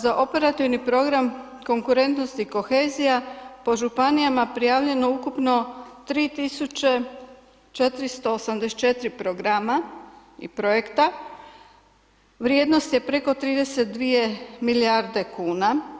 Za operativni program konkurentnosti i kohezija po županijama prijavljeno ukupno 3484 programa i projekta, vrijednost je preko 32 milijarde kuna.